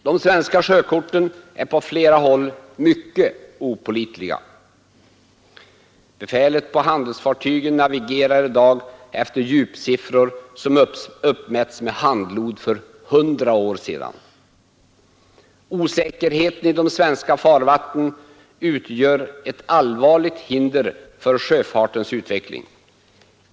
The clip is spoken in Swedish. De svenska sjökorten är på flera håll mycket opålitliga. Befälet på handelsfartygen navigerar i dag efter djupsiffror som uppmätts med handlod för 100 år sedan. Osäkerheten i de svenska farvattnen utgör ett allvarligt hinder för sjöfartens utveckling.